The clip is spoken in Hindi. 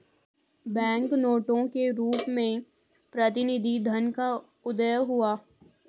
बैंक नोटों के रूप में प्रतिनिधि धन का उदय हुआ